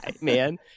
man